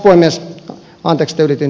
arvoisa puhemies